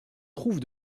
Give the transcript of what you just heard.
trouve